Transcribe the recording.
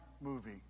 movie